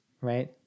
right